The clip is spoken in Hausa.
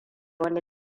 wani